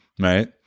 right